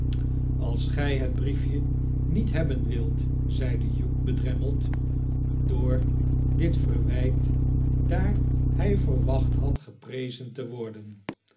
sals gij het briefje niet hebben wilt zeide hugh bedremmeld door dit verwijt daar hij verwacht had geprezen te worden